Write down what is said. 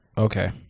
Okay